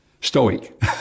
stoic